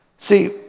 See